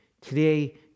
Today